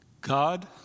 God